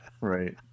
right